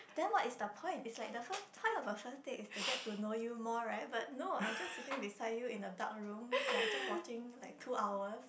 then what is the point is like the first time of first date is to get to know you more right but no I'm just sitting beside you in the dark room like just watching like two hours